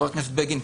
חה"כ בגין,